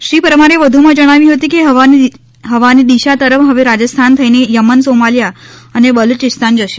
શ્રીપરમારે વધુમાં જણાવ્યું હતું કે હવાની દિશા તરફ હવે રાજસ્થાન થઇને યમન સોમાલિયા અને બલુચિસ્તાન જશે